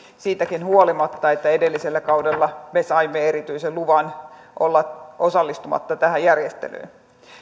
siitäkin huolimatta että edellisellä kaudella me saimme erityisen luvan olla osallistumatta tähän järjestelyyn